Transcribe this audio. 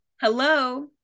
Hello